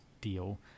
deal